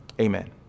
Amen